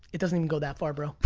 it doesn't even go that far, bro,